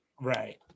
Right